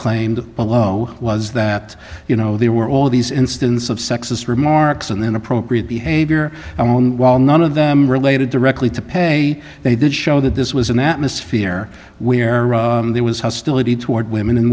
claimed below was that you know there were all these instance of sexist remarks and then appropriate behavior among while none of them related directly to pay they did show that this was an atmosphere where there was hostility toward women and